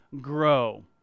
grow